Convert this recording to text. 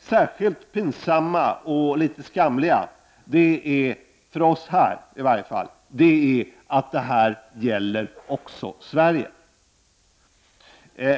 Särskilt pinsamt och litet skamligt för oss är att detta också gäller Sverige.